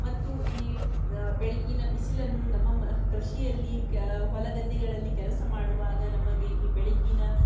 ಮತ್ತು ಈ ಬೆಳಗ್ಗಿನ ಬಿಸಿಲನ್ನು ನಮ್ಮ ಮ ಕೃಷಿಯಲ್ಲಿ ಕ ಹೊಲ ಗದ್ದೆಗಳಲ್ಲಿ ಕೆಲಸ ಮಾಡುವಾಗ ನಮಗೆ ಈ ಬೆಳಗ್ಗಿನ